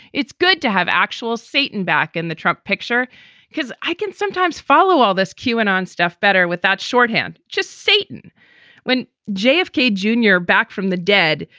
it's good to have actual satan back in the trump picture because i can sometimes follow all this. q and on stuff better with that shorthand. just satan when jfk junior back from the dead.